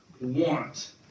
want